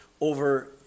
over